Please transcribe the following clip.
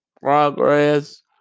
progress